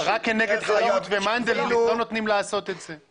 רק כנגד חיות ומנדלבליט לא נותנים לעשות את זה.